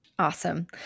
Awesome